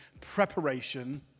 preparation